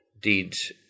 deeds